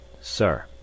Sir